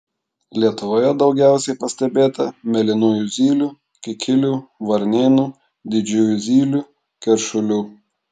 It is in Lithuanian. lietuvoje daugiausiai pastebėta mėlynųjų zylių kikilių varnėnų didžiųjų zylių keršulių